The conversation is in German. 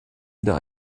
wieder